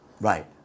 Right